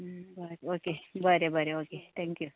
okay बरें बरें okay thank you